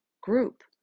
group